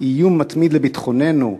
איום מתמיד על ביטחוננו,